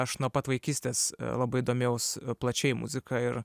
aš nuo pat vaikystės labai domėjaus plačiai muzika ir